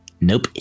Nope